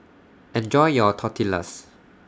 Enjoy your Tortillas